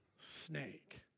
snake